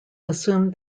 assumed